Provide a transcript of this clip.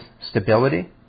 stability